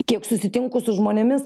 kiek susitinku su žmonėmis